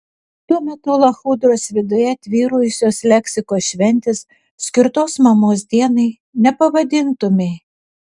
tuo metu lachudros viduje tvyrojusios leksikos šventės skirtos mamos dienai nepavadintumei